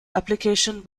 application